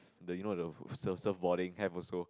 the you know the surf surf boarding have also